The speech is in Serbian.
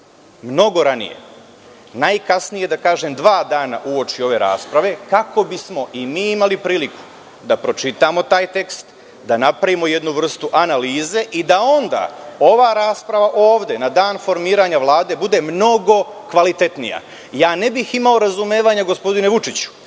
mnogo ranije, najkasnije dva dana uoči ove rasprave, kako bismo i mi imali priliku da pročitamo taj tekst, da napravimo jednu vrstu analize i da onda ova rasprava na dan formiranja Vlade bude mnogo kvalitetnije. Ne bih imao razumevanja gospodine Vučiću,